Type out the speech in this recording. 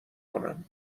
کنم